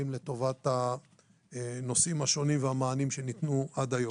לטובת הנושאים השונים והמענים שניתנו עד היום.